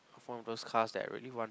fond of those cars that I really want